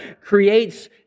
creates